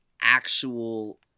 actual